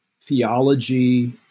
theology